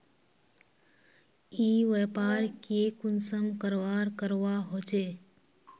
ई व्यापार की कुंसम करवार करवा होचे?